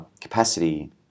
capacity